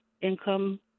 income